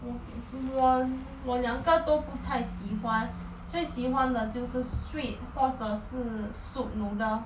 我我我两个都不太喜欢最喜欢的就是 sweet 或者是:huo shi soup noodle